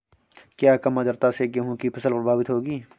क्या कम आर्द्रता से गेहूँ की फसल प्रभावित होगी?